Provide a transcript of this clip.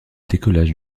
décollage